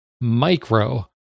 micro